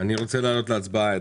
אני רוצה להעלות להצבעה.